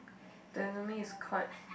the enemy is quite